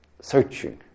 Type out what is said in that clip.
searching